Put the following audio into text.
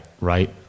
right